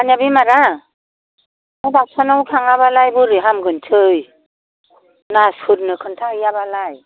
आंना बेमारा हा डाक्टारनाव थाङाबालाय बोरै हामगोनसै नार्स फोरनो खोन्था हैयाबालाय